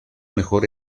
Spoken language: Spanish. mejor